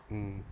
mm